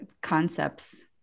concepts